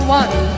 one